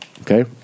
Okay